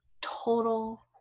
total